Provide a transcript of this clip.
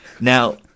Now